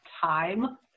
time